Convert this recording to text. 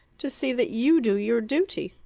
to see that you do your duty.